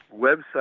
website